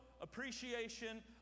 appreciation